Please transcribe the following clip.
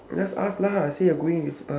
just ask lah and say you're going with